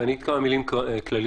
אגיד כמה מילים כלליות,